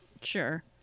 Sure